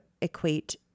equate